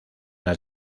las